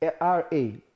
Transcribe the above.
R-A